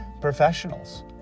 professionals